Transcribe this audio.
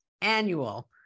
annual